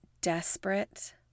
desperate